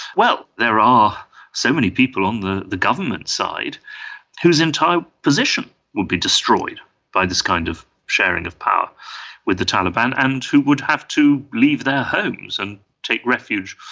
well, there are so many people on the the government side whose entire position would be destroyed by this kind of sharing of power with the taliban and who would have to leave their homes and take refuge,